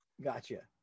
Gotcha